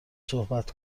صحبت